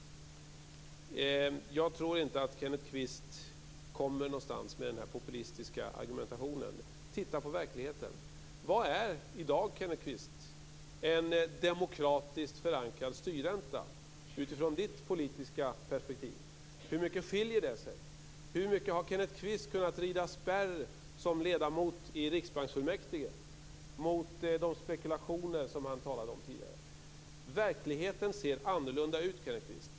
Jag tror inte att Kenneth Kvist kommer någonstans med den här populistiska argumentationen. Titta på verkligheten! Vad är i dag en demokratiskt förankrad styrränta utifrån Kenneth Kvists politiska perspektiv? Hur mycket skiljer det sig från detta? Hur mycket har Kenneth Kvist som ledamot i Riksbanksfullmäktige kunnat rida spärr mot de spekulationer som han talade om tidigare? Verkligheten ser annorlunda ut, Kenneth Kvist.